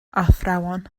athrawon